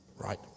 Right